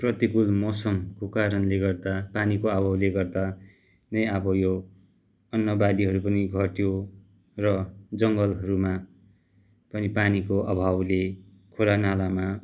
प्रतिकूल मौसमको कारणले गर्दा पानीको अभावले गर्दा नै अब यो अन्नबालीहरू पनि घट्यो र जङ्गलहरूमा पनि पानीको अभावले खोला नालामा